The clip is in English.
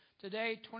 Today